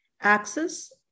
Access